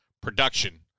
production